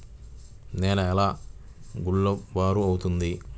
నేల ఎలా గుల్లబారుతుంది?